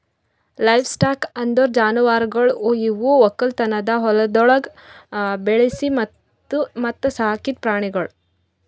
livestock ಅಂದುರ್ ಜಾನುವಾರುಗೊಳ್ ಇವು ಒಕ್ಕಲತನದ ಹೊಲಗೊಳ್ದಾಗ್ ಬೆಳಿಸಿ ಮತ್ತ ಸಾಕಿದ್ ಪ್ರಾಣಿಗೊಳ್